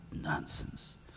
Nonsense